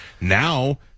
Now